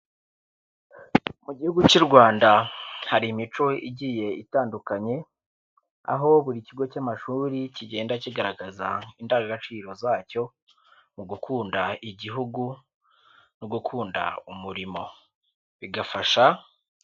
Mu gihugu cy'u Rwanda hari imico igiye itandukanye, aho buri kigo cy'amashuri kigenda kigaragaza indangagaciro zacyo mu gukunda igihugu no gukunda umurimo, bigafasha...